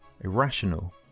irrational